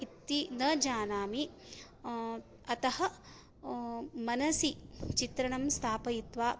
इति न जानामि अतः मनसि चित्रणं स्थापयित्वा